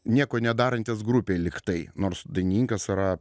nieko nedarantis grupei lygtai nors dainininkas yra